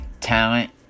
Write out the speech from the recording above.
talent